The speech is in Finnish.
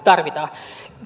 tarvitaan